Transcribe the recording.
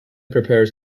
prepares